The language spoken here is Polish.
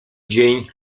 dzień